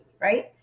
right